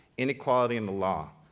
inequality, and the law,